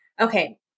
Okay